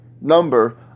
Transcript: number